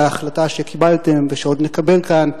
על ההחלטה שקיבלתם ושעוד נקבל כאן,